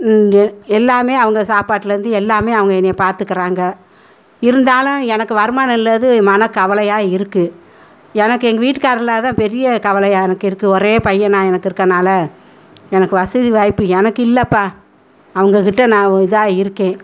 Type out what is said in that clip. இங்கே எல்லாமே அவங்க சாப்பாட்டிலேருந்து எல்லாமே அவங்க என்னை பார்த்துக்குறாங்க இருந்தாலும் எனக்கு வருமானம் இல்லாதது மனக் கவலையாக இருக்குது எனக்கு எங்கள் வீட்டுக்காரர் இல்லாத பெரிய கவலையாக எனக்கு இருக்குது ஒரே பையன் தான் எனக்கு இருக்கறனால எனக்கு வசதி வாய்ப்பு எனக்கு இல்லைப்பா அவங்கள்கிட்ட நான் ஒரு இதாக இருக்கேன்